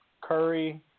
Curry